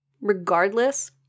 Regardless